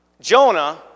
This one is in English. Jonah